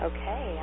Okay